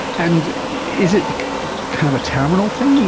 and is it kind of a terminal thing?